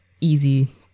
easy